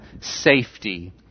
safety